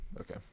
Okay